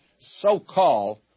so-called